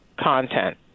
content